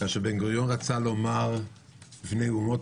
כאשר בן גוריון רצה לומר בפני האומות